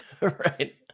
Right